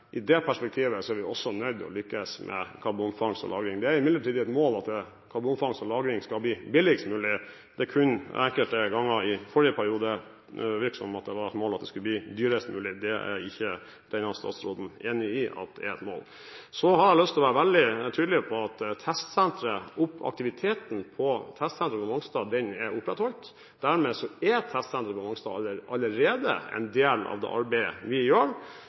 I det perspektivet er vi også nødt til å lykkes med karbonfangst og -lagring. Det er imidlertid et mål at karbonfangst og -lagring skal bli billigst mulig. Det var kun enkelte ganger i forrige periode det virket som om det var et mål at det skulle bli dyrest mulig. Det er ikke denne statsråden enig i er et mål. Så har jeg lyst til å være veldig tydelig på at testsenteret og aktiviteten på testsenteret på Mongstad er opprettholdt. Dermed er testsenteret på Mongstad allerede en del av det arbeidet vi gjør.